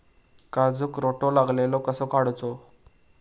काजूक रोटो लागलेलो कसो काडूचो?